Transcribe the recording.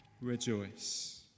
rejoice